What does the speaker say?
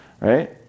right